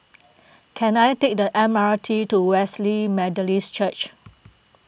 can I take the M R T to Wesley Methodist Church